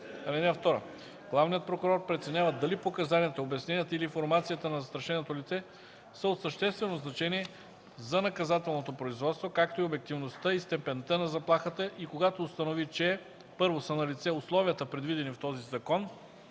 Главният прокурор преценява дали показанията, обясненията или информацията на застрашеното лице са от съществено значение за наказателното производство, както и обективността и степента на заплахата, и когато установи, че: 1. са налице условията, предвидени в този закон,